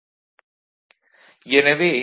IB Vout - VBERB 1